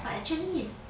but actually is